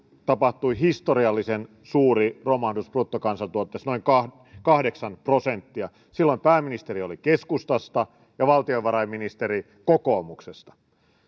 tapahtui historiallisen suuri romahdus bruttokansantuotteessa noin kahdeksan prosenttia silloin pääministeri oli keskustasta ja valtiovarainministeri kokoomuksesta